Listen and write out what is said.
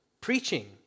preaching